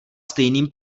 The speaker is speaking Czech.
stejným